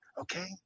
Okay